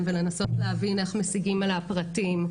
ולנסות להבין איך משיגים עליה פרטים.